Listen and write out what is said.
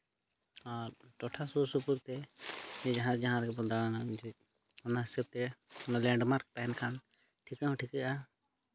ᱟᱨ ᱴᱚᱴᱷᱟᱨ ᱥᱩᱯᱩᱨ ᱛᱮ ᱡᱮ ᱡᱟᱦᱟᱸᱭ ᱡᱟᱦᱟᱸ ᱨᱮᱵᱚᱱ ᱫᱟᱬᱟᱱᱟ ᱪᱮᱫ ᱚᱱᱟ ᱦᱤᱥᱟᱹᱵ ᱛᱮ ᱚᱱᱟ ᱞᱮᱱᱰᱢᱟᱨᱠ ᱛᱟᱦᱮᱱᱠᱷᱟᱱ ᱴᱷᱤᱠᱟᱹ ᱦᱚᱸ ᱴᱷᱤᱠᱟᱹᱜᱼᱟ